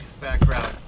background